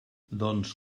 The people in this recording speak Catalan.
doncs